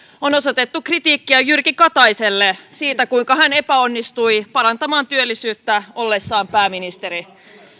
on osoitettu kritiikkiä jyrki kataiselle siitä kuinka hän epäonnistui parantamaan työllisyyttä ollessaan pääministeri